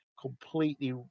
completely